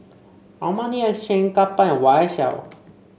Armani Exchange Kappa and Y S L